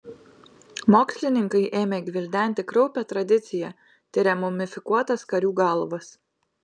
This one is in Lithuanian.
mokslininkai ėmė gvildenti kraupią tradiciją tiria mumifikuotas karių galvas